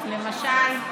למשל.